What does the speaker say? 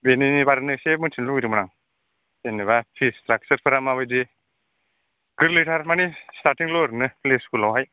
बेनि बारैनो एसे मोनथिनो लुगैदोंमोन आं जेनोबा पिस स्ट्राकसार फोरा माबादि गोरलैथार मानि सेटारथिंल' ओरैनो प्ले स्कुलावहाय